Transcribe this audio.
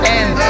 end